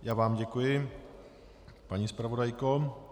Já vám děkuji, paní zpravodajko.